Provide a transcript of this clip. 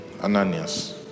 Ananias